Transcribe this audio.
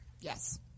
Yes